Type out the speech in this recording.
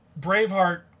Braveheart